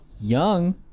Young